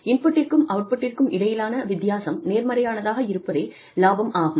இன்புட்டிற்கும் அவுட்புட்டிற்கும் இடையிலான வித்தியாசம் நேர்மறையானதாக இருப்பதே லாபம் ஆகும்